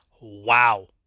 Wow